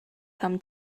come